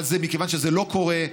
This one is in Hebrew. אבל מכיוון שזה לא קורה,